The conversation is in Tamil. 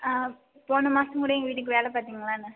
ஆ போன மாதம் கூட எங்கள் வீட்டுக்கு வேலை பாத்தீங்களேண்ணா